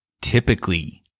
typically